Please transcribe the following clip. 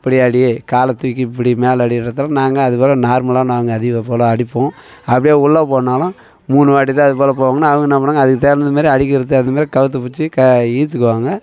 இப்படி அடி காலை தூக்கி இப்படி மேலே அடின்றதால் நாங்கள் அதுபோல் நார்மலாக நாங்கள் அதே போல் அடிப்போம் அப்படே உள்ளே போனாலும் மூணு வாட்டிதான் அதுபோல் போவாங்கன்னு அவங்க என்ன பண்ணுவாங்கள் அதுக்கு தகுந்தமாரி அடிக்கிறது அதுமாரி கழுத்த பிடிச்சி க இழுத்துக்குவாங்க